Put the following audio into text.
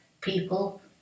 people